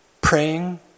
praying